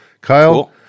Kyle